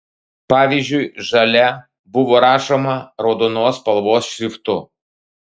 pavyzdžiui žalia buvo rašoma raudonos spalvos šriftu